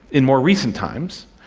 in more recent times,